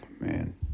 Man